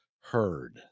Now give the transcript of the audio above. heard